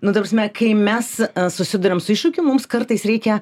nu ta prasme kai mes susiduriam su iššūkiu mums kartais reikia